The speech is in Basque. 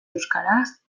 euskaraz